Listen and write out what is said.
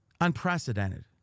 unprecedented